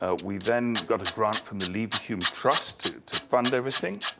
ah we then got a grant from the leverhulme trust to to fund everything.